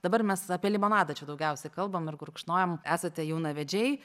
dabar mes apie limonadą čia daugiausiai kalbam ir gurkšnojam esate jaunavedžiai